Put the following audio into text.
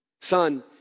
son